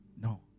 No